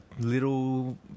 little